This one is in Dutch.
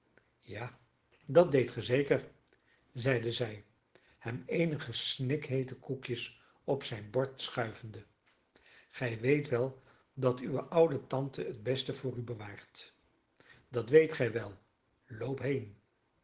ja dat deedt ge zeker zeide zij hem eenige snikheete koekjes op zijn bord schuivende gij weet wel dat uwe oude tante het beste voor u bewaart dat weet gij wel loop heen